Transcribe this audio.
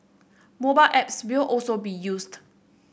mobile apps will also be used